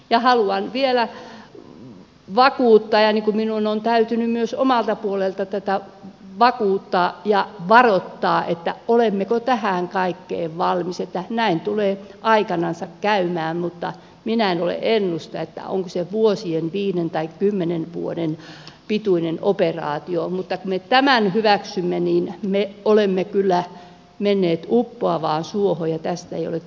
ja haluan vielä vakuuttaa niin kuin minun on täytynyt myös omalta puoleltani tätä vakuuttaa ja varoittaa olemmeko tähän kaikkeen valmiita että näin tulee aikanansa käymään mutta minä en ole ennustaja onko se vuosien viiden tai kymmenen vuoden pituinen operaatio mutta kun me tämän hyväksymme niin me olemme kyllä menneet uppoavaan suohon ja tästä ei ole takaisin paluuta